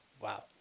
Wow